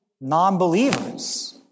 non-believers